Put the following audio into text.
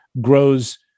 grows